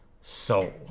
soul